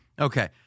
Okay